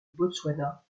botswana